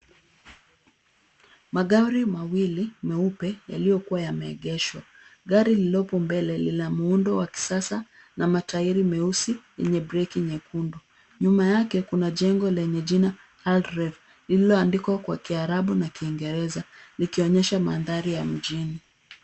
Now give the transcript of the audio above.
Magari mawili meupe yaliyokuwa yameegeshwa. Gari lililopo mbele lina muundo wa kisasa na matairi meusi yenye breki nyekundu. Nyuma yake kuna jengo lenye jina Al Reef lililoandikwa kwa kiarabu na kiingereza likionyesha mandhari ya mjini.